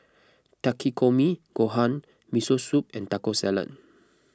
Takikomi Gohan Miso Soup and Taco Salad